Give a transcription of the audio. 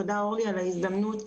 תודה אורלי, על ההזדמנות.